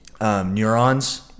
neurons